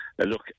Look